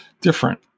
different